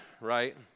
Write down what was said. Right